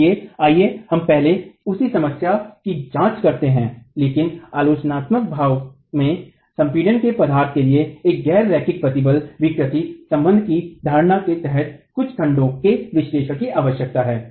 इसलिए आइए हम पहले उसी समस्या की जांच करते हैं लेकिन आलोचनात्मक भाग में संपीड़न में पदार्थ के लिए एक गैर रैखिक प्रतिबल विकृति संबंध की धारणा के तहत कुछ खंडों के विश्लेषण की आवश्यकता है